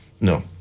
no